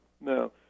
no